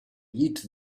eat